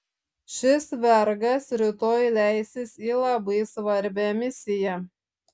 šis vergas rytoj leisis į labai svarbią misiją